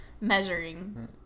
measuring